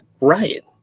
Right